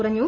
കുറഞ്ഞു